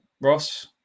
Ross